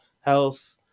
health